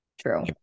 True